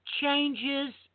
changes